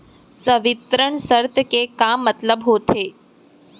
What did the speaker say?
संवितरण शर्त के का मतलब होथे?